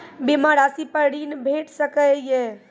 बीमा रासि पर ॠण भेट सकै ये?